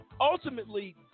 Ultimately